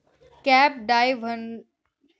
cab डायव्हरनी Amazon pay ना उपेग करी सुट्टा पैसा दिनात